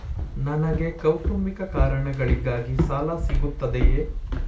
ನನಗೆ ಕೌಟುಂಬಿಕ ಕಾರಣಗಳಿಗಾಗಿ ಸಾಲ ಸಿಗುತ್ತದೆಯೇ?